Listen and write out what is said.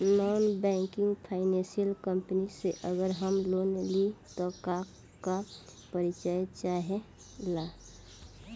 Non banking financial company से अगर हम लोन लि त का का परिचय चाहे ला?